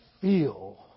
feel